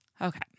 Okay